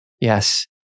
Yes